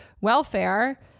welfare